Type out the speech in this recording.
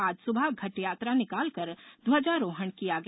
आज सुबह घटयात्रा निकाल कर ध्वजारोहण किया गया